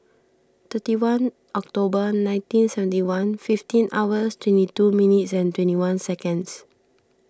thirty one October nineteen seventy one fifteen hours twenty two minute and twenty one seconds